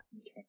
Okay